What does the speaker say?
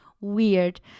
weird